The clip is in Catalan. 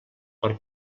per